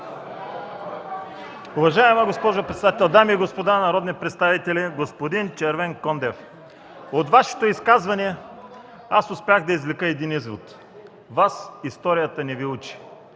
Уважаема госпожо председател, дами и господа народни представители! Господин Червенкондев, от Вашето изказване успях да извлека един извод – Вас историята не Ви учи.